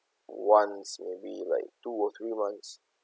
once maybe like two or three months